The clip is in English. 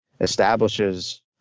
establishes